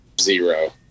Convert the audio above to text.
Zero